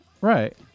Right